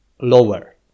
lower